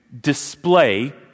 display